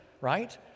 Right